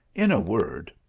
in a word,